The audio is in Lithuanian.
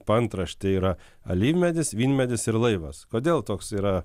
paantraštė yra alyvmedis vynmedis ir laivas kodėl toks yra